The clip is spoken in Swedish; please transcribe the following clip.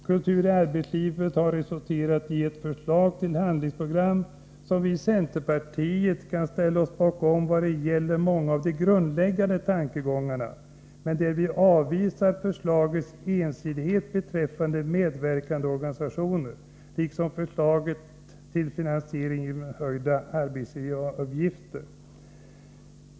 Kultur i arbetslivet har resulterat i ett förslag till handlingsprogram som vi i centerpartiet kan ställa oss bakom i vad gäller många av de grundläggande tankegångarna. Men vi avvisar förslagets ensidighet beträffande de medver kande organisationerna, liksom förslaget till finansiering genom höjda arbetsgivaravgifter.